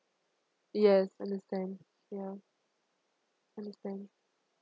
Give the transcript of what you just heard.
yes understand ya understand